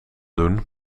doen